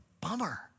bummer